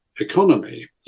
economy